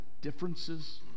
differences